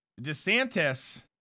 DeSantis